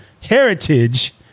Heritage